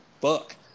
fuck